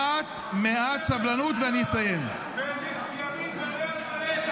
אתם השלטון, ימין מלא על מלא.